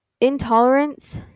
intolerance